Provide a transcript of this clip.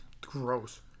Gross